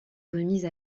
remise